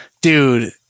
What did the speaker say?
Dude